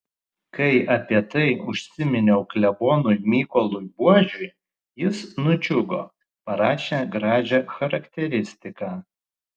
kai apie tai užsiminiau klebonui mykolui buožiui jis nudžiugo parašė gražią charakteristiką